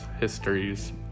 histories